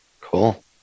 Cool